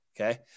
okay